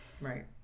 Right